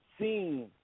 seen